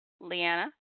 Leanna